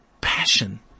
passion